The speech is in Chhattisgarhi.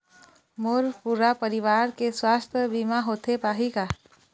मोर पूरा परवार के सुवास्थ बीमा होथे पाही का?